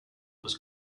has